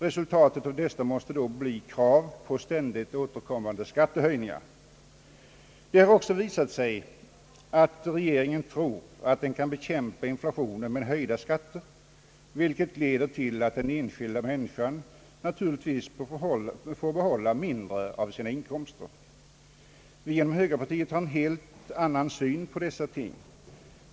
Resultatet måste då bli krav på ständigt återkommande skattehöjningar. Det har också visat sig att regeringen tror att den kan bekämpa inflationen med höjda skatter, vilket naturligtvis leder till att den enskilda människan får behålla mindre av sina inkomster. Vi inom högerpartiet har en helt annan syn på dessa ting.